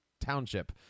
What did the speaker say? township